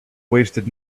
wasted